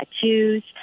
tattoos